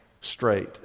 straight